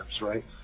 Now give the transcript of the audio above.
right